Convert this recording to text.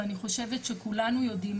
ואני חושבת שכולנו יודעים,